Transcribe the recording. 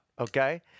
okay